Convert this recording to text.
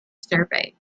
survey